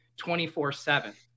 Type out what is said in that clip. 24-7